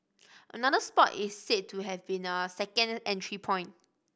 another spot is said to have been a second entry point